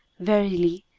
verily,